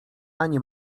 ani